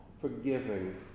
forgiving